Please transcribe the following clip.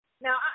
Now